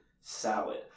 salad